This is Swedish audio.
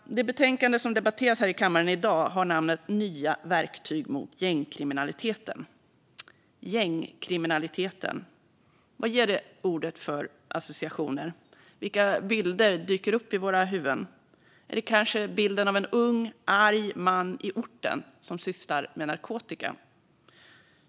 Det betänkande som debatteras här i kammaren i dag har namnet Nya verktyg mot gängkriminaliteten . Gängkriminaliteten - vad ger det ordet för associationer? Vilka bilder dyker upp i våra huvuden? Är det kanske bilden av en ung arg man i orten som sysslar med narkotika?